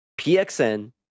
pxn